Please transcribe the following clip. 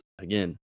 Again